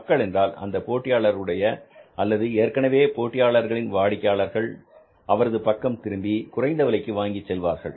மக்கள் என்றால் அந்த போட்டியாளர் உடைய அல்லது ஏற்கனவே இருக்கும் போட்டியாளர்களின் வாடிக்கையாளர்கள் அவரது பக்கம் திரும்பி குறைந்த விலைக்கு வாங்கிச் செல்வார்கள்